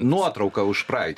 nuotrauka už praeitį